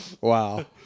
Wow